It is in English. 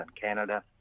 Canada